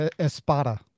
Espada